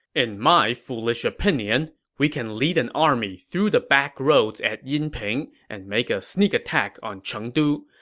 in my foolish opinion, we can lead an army through the backroads at yinping and make a sneak attack on chengdu.